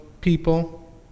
people